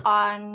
on